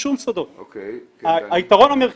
ולא שכנעתי את עצמי שיש לי כאב ראש,